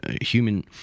human